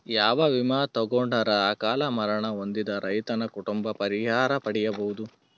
ಯಾವ ವಿಮಾ ತೊಗೊಂಡರ ಅಕಾಲ ಮರಣ ಹೊಂದಿದ ರೈತನ ಕುಟುಂಬ ಪರಿಹಾರ ಪಡಿಬಹುದು?